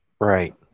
Right